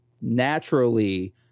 naturally